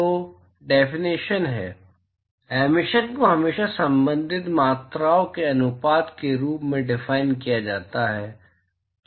तो डेफिनेशन है एमिशन को हमेशा संबंधित मात्राओं के अनुपात के रूप में डिफाइन किया जाता है